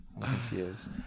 confused